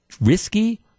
Risky